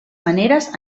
maneres